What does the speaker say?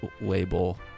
label